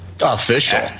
official